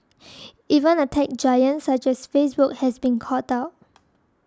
even a tech giant such as Facebook has been caught out